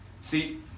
See